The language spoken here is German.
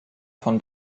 von